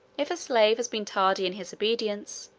if a slave has been tardy in his obedience,